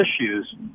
issues